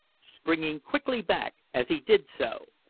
springing quickly back as he did so.